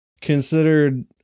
considered